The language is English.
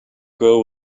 girl